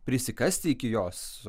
prisikasti iki jos